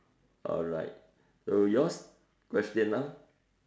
alright so yours question now